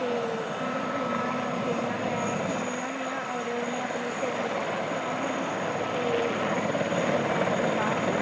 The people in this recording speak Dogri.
इये गेमा न जेह्की में खेढनी होन्नी हां और में अपनी स्हेलियें कन्नै खेढनी होन्नी आं ते इद्धर गै खढनी आं में जिन्द्राह च